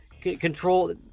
control